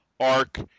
arc